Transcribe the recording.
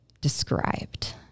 described